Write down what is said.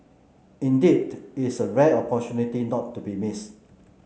indeed it's a rare opportunity not to be missed